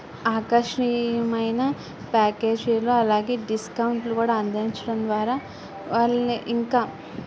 ఆకర్షణీయమైన ప్యాకేజీలు అలాగే డిస్కౌంట్లు కూడా అందించడం ద్వారా వాళ్ళని ఇంకా